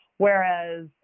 Whereas